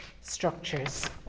structures